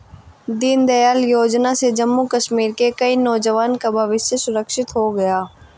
दीनदयाल योजना से जम्मू कश्मीर के कई नौजवान का भविष्य सुरक्षित हो गया